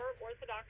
orthodox